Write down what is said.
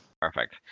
Perfect